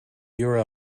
jura